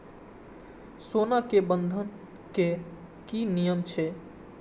सोना के बंधन के कि नियम छै?